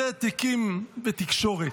אלה תיקים בתקשורת.